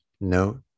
note